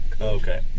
Okay